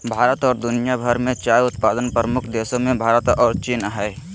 भारत और दुनिया भर में चाय उत्पादन प्रमुख देशों मेंभारत और चीन हइ